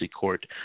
court